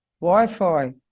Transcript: Wi-Fi